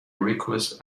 request